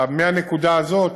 מהנקודה הזו,